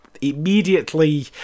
immediately